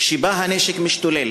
שבה הנשק משתולל